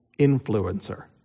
influencer